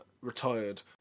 retired